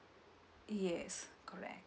yes correct